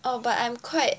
oh but I'm quite